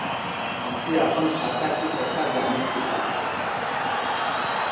हमके आपन खाता के पैसा जाने के बा